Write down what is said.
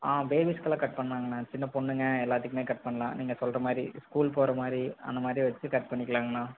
பேபீஸுக்கல்லாம் cut பண்ணலாங்கனா சின்னப் பொண்ணுங்க எல்லாத்துக்கும் கட் பண்ணலாம் நீங்கள் சொல்கிற மாதிரி ஸ்கூல் போகிற மாதிரி அந்தமாதிரி வைச்சி கட் பண்ணிக்கலாங்கண்ணா